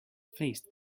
faced